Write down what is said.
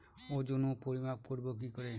ওজন ও পরিমাপ করব কি করে?